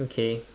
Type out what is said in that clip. okay